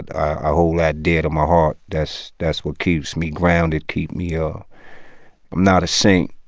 i hold that dear to my heart. that's that's what keeps me grounded, keep me ah i'm not a saint,